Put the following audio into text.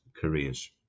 careers